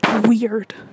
weird